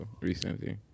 recently